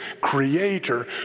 creator